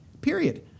period